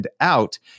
Out